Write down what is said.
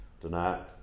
tonight